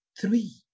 three